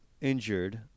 injured